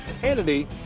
Kennedy